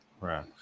Right